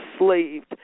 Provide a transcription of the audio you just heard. enslaved